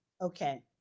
Okay